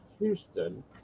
houston